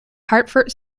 hartford